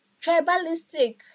tribalistic